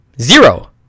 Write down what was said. Zero